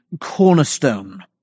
cornerstone